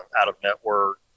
out-of-network